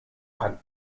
hat